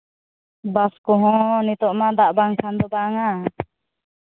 ᱪᱟᱥ ᱠᱚᱦᱚᱸ ᱱᱤᱛᱚᱜ ᱢᱟ ᱪᱟᱥ ᱵᱟᱝᱠᱷᱟᱱ ᱫᱚ ᱵᱟᱝᱟ